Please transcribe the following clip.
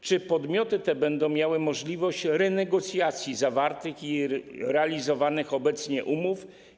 Czy podmioty te będą miały możliwość renegocjacji zawartych i realizowanych obecnie umów?